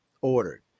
ordered